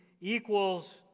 equals